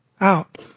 out